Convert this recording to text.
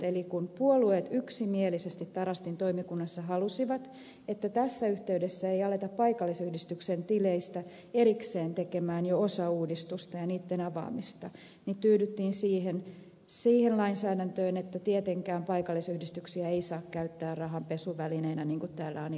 eli kun puolueet yksimielisesti tarastin toimikunnassa halusivat että tässä yhteydessä ei ruveta paikallisyhdistyksen tileistä erikseen tekemään osauudistusta ja niitten avaamista niin tyydyttiin siihen lainsäädäntöön että tietenkään paikallisyhdistyksiä ei saa käyttää rahanpesuvälineenä niin kuin täällä on ilmaistu